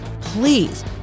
please